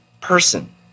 person